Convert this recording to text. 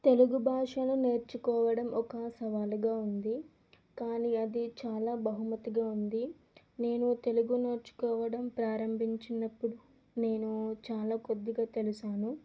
తెలుగు భాషను నేర్చుకోవడం ఒక సవాలుగా ఉంది కానీ అది చాలా బహుమతిగా ఉంది నేను తెలుగు నేర్చుకోవడం ప్రారంభించినప్పుడు నేను చాలా కొద్దిగా తెలిశాను